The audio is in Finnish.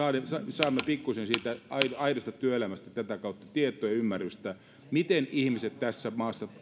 saamme pikkuisen siitä aidosta työelämästä tätä kautta tietoa ja ymmärrystä siitä miten ihmiset tässä maassa